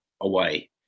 away